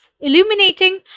illuminating